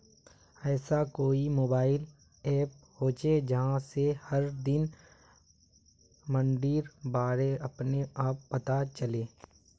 ऐसा कोई mobile app होचे जहा से हर दिन मंडीर बारे अपने आप पता चले?